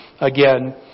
again